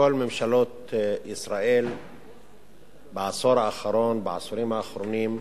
שכל ממשלות ישראל בעשור האחרון, בעשורים האחרונים,